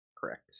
Correct